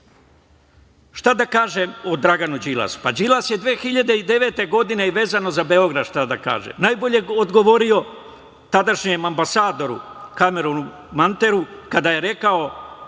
da kažem o Draganu Đilasu? Pa Đilas je 2009. godine, vezano za Beograd, najbolje odgovorio tadašnjem ambasadoru Kameronu Manteru, kada je rekao